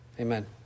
amen